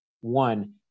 one